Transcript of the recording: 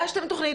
תוכנית,